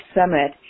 summit